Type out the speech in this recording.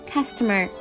Customer